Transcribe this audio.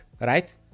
right